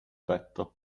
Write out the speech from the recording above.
petto